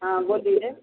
हँ बोलिए